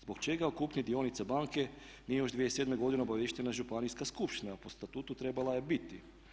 Zbog čega o kupnji dionica banke nije još 2007. godine obaviještena županijska skupština a po statutu trebala je biti?